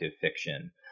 fiction